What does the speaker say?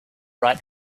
right